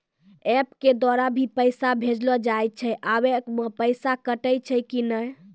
App के द्वारा भी पैसा भेजलो जाय छै आबै मे पैसा कटैय छै कि नैय?